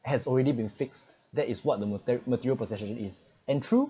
has already been fixed that is what the mater~ material possession it is and true